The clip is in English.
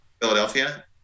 Philadelphia